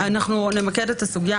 אנחנו נמקד את הסוגייה.